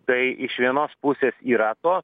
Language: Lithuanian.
tai iš vienos pusės yra to